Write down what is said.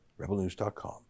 rebelnews.com